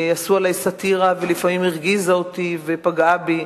עשו עלי סאטירה ולפעמים היא הרגיזה אותי ופגעה בי,